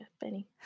Benny